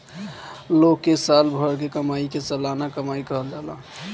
लोग कअ साल भर के कमाई के सलाना कमाई कहल जाला